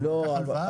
הוא לקח הלוואה.